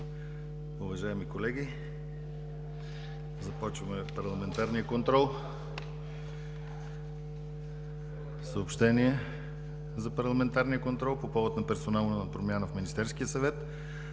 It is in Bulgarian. Уважаеми колеги, започваме ПАРЛАМЕНТАРЕН КОНТРОЛ. Съобщение за парламентарния контрол по повод на персонална промяна в Министерския съвет: